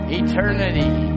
eternity